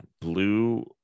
Blue